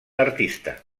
artista